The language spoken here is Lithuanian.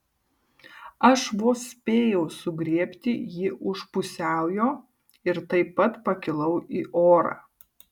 aš vos spėjau sugriebti jį už pusiaujo ir taip pat pakilau į orą